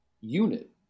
unit